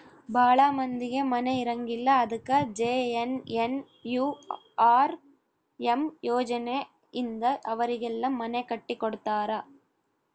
ಭಾಳ ಮಂದಿಗೆ ಮನೆ ಇರಂಗಿಲ್ಲ ಅದಕ ಜೆ.ಎನ್.ಎನ್.ಯು.ಆರ್.ಎಮ್ ಯೋಜನೆ ಇಂದ ಅವರಿಗೆಲ್ಲ ಮನೆ ಕಟ್ಟಿ ಕೊಡ್ತಾರ